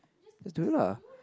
just do it lah